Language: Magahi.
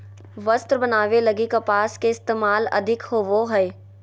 वस्त्र बनावे लगी कपास के इस्तेमाल अधिक होवो हय